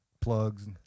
plugs